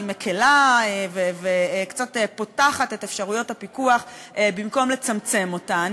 היא מקלה וקצת פותחת את אפשרויות הפיקוח במקום לצמצם אותן.